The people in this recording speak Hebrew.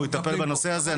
הוא יטפל בנושא הזה.